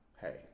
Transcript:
hey